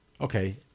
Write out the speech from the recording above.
Okay